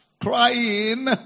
crying